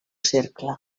cercle